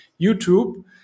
YouTube